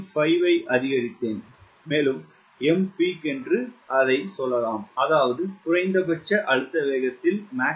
5 ஐ அதிகரித்தேன் மேலும் Mpeak என்று சொல்லலாம் அதாவது குறைந்தபட்ச அழுத்தம் வேகத்தில் மாக் 0